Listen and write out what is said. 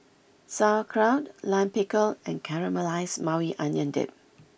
Sauerkraut Lime Pickle and Caramelized Maui Onion Dip